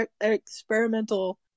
experimental